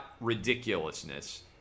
ridiculousness